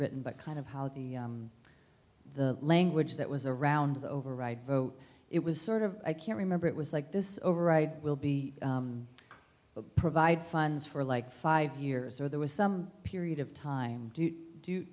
written but kind of how the the language that was around the override vote it was sort of i can remember it was like this override will be but provide funds for like five years so there was some period of time to do